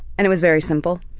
and it was very simple,